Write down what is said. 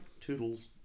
Toodles